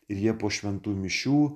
ir jie po šventų mišių